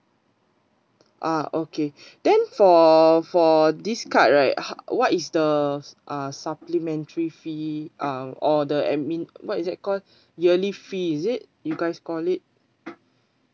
ah okay then for for this card right how what is the uh supplementary fee um or the administration what is that called yearly fee is it you guys call it